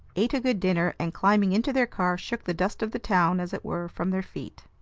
ate a good dinner, and, climbing into their car, shook the dust of the town, as it were, from their feet.